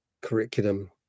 curriculum